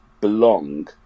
belong